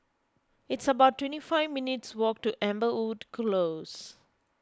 it's about twenty five minutes' walk to Amberwood Close